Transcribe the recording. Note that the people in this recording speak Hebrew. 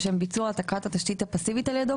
לשם ביצוע העתקת התשתית הפאסיבית על ידו,